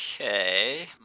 Okay